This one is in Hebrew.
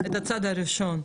הצעד הראשון.